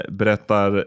berättar